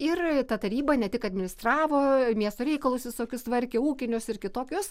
ir ta taryba ne tik administravo miesto reikalus visokius tvarkė ūkinius ir kitokius